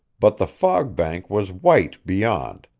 but the fog-bank was white beyond,